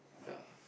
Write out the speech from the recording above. ya